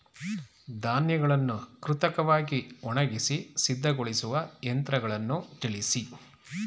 ಧಾನ್ಯಗಳನ್ನು ಕೃತಕವಾಗಿ ಒಣಗಿಸಿ ಸಿದ್ದಗೊಳಿಸುವ ಯಂತ್ರಗಳನ್ನು ತಿಳಿಸಿ?